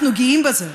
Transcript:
אנחנו גאים בזה.